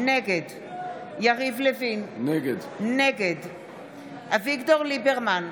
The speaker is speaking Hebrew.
נגד יריב לוין, נגד אביגדור ליברמן,